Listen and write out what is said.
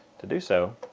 to do so,